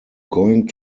going